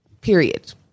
Period